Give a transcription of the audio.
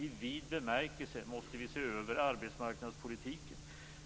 I vid bemärkelse måste vi se över arbetsmarknadspolitiken.